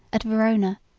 at verona,